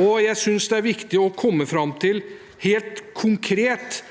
og jeg synes det er viktig å komme fram til, helt konkret,